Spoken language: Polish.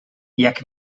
jak